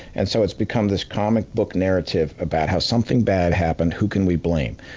and so it's become this comic book narrative about how something bad happened, who can we blame?